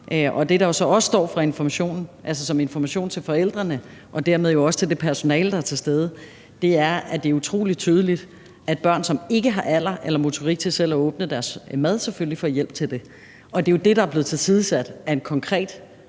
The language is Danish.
og det, der jo så også står som information til forældrene og dermed også til det personale, der er til stede, er, at det er utrolig tydeligt, at børn, som ikke har alder eller motorik til selv at åbne deres mad, selvfølgelig får hjælp til det. Og det er jo det, der er blevet tilsidesat af en konkret